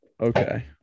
Okay